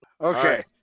Okay